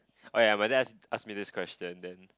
oh ya my dad ask me this question then